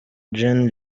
gen